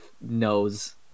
knows